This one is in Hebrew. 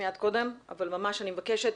בבקשה.